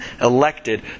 elected